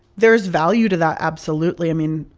there's value to that, absolutely. i mean,